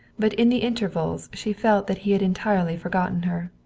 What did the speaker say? but in the intervals she felt that he had entirely forgotten her.